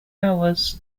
hours